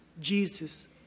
Jesus